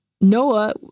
Noah—